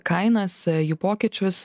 kainas jų pokyčius